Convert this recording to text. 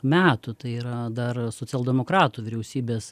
metų tai yra dar socialdemokratų vyriausybės